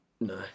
No